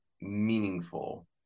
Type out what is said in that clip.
meaningful